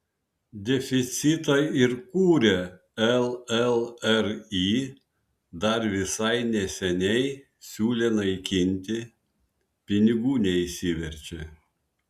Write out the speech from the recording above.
deficitą ir kurią llri dar visai neseniai siūlė naikinti pinigų neišsiverčia